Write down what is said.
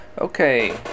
Okay